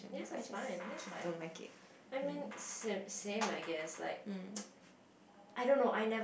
I just which is don't like it mm